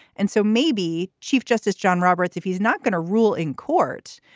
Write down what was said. and so maybe chief justice john roberts, if he's not going to rule in court,